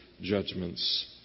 judgments